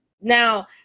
Now